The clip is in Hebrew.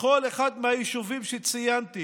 בכל אחד מהיישובים שציינתי